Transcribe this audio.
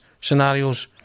scenarios